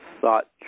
thought